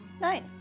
Nine